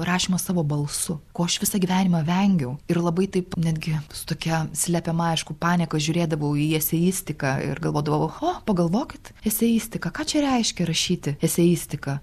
rašymas savo balsu ko aš visą gyvenimą vengiau ir labai taip netgi su tokia slepiama aišku panieka žiūrėdavau į eseistiką ir galvodavau oho pagalvokit eseistika ką čia reiškia rašyti eseistiką